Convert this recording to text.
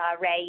Ray